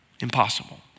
Impossible